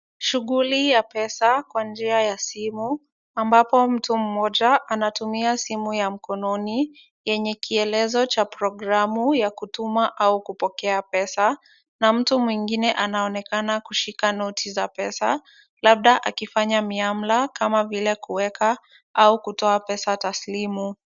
Shughuli ya pesa kwa njia ya simu, ambapo mtu mmoja anatumia simu ya mkononi, yenye kielezo cha programu ya kutuma au kupokea pesa na mtu mwingine anaonekana kushika noti za pesa, labda akifanya miamla kama vile kuweka au kutoa pesa taslimu.